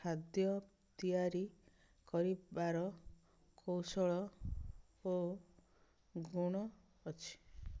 ଖାଦ୍ୟ ତିଆରି କରିବାର କୌଶଳ ଓ ଗୁଣ ଅଛି